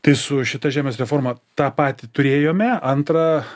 tai su šita žemės reforma tą patį turėjome antra